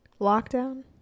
lockdown